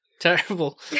terrible